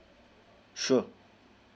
sure